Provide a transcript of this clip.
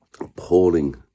appalling